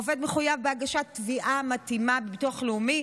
העובד מחויב בהגשת תביעה מתאימה בביטוח לאומי,